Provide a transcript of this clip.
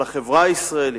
על החברה הישראלית,